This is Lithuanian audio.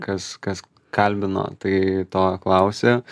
kas kas kalbino tai to klausė